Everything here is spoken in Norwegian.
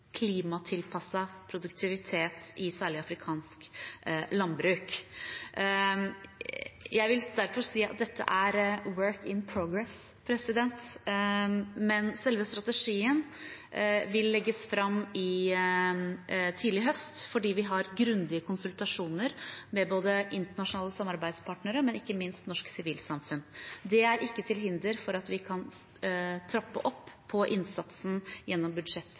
produktivitet i særlig afrikansk landbruk kommer også til å prioriteres økonomisk i inneværende år. Jeg vil derfor si at dette er «work in progress», men selve strategien vil legges fram tidlig på høsten, fordi vi har grundige konsultasjoner med både internasjonale samarbeidspartnere og ikke minst norsk sivilsamfunn. Det er ikke til hinder for at vi kan trappe opp innsatsen gjennom budsjett